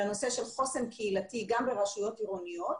לנושא של חוסן קהילתי גם ברשויות עירוניות.